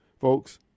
Folks